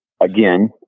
again